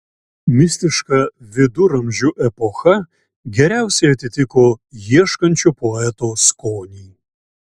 mistiška viduramžių epocha geriausiai atitiko ieškančio poeto skonį